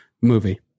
movie